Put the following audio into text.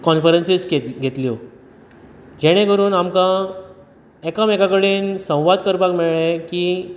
conferences घेतल्यो जेणे करून आमकां एकामेका कडेन संवाद करपाक मेळ्ळे की